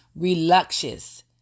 Reluctious